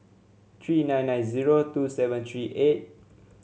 three nine nine zero two seven three eight